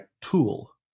tool